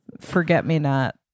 forget-me-not